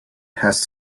has